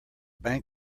bank